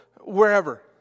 wherever